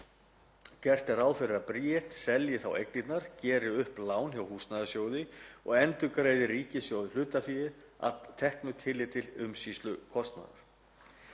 Gert er ráð fyrir að Bríet selji þá eignirnar, geri upp lán hjá Húsnæðissjóði og endurgreiði ríkissjóði hlutaféð, að teknu tilliti til umsýslukostnaðar.